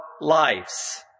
lives